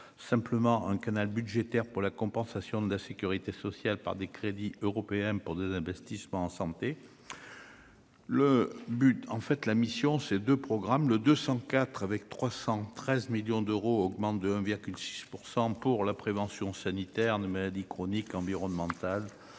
simplement un canal budgétaire pour la compensation de la sécurité sociale par des crédits européens pour des investissements en santé, le but, en fait, la mission c'est de programme le 204 avec 313 millions d'euros augmente de 1,6 % pour la prévention sanitaire maladies chroniques environnementale